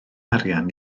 arian